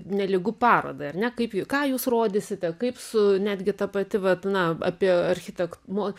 nelygu parodai ar ne kaip ju ką jūs rodysite kaip su netgi ta pati vat na apie architek mo